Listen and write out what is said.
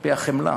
על-פי החמלה,